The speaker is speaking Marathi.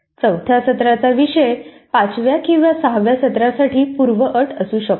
चौथ्या सत्राचा विषय पाचव्या किंवा सहाव्या सत्रासाठी पूर्वअट असू शकतो